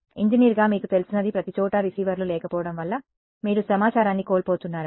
ఇంజనీర్గా మీకు తెలిసినది ప్రతిచోటా రిసీవర్లు లేకపోవడం వల్ల మీరు సమాచారాన్ని కోల్పోతున్నారని